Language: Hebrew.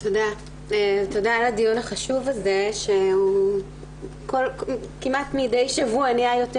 תודה על הדיון החשוב הזה וכמעט מידי שבוע הוא נהיה יותר